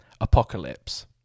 Apocalypse